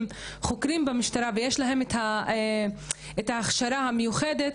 חוקרים במשטרה ויש להם את ההכשרה המיוחדת,